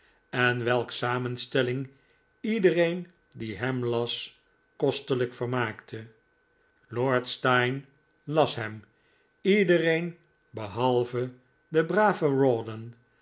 en welks samenstelling iedereen die hem las kostelijk vermaakte lord steyne las hem iedereen behalve de brave